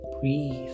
Breathe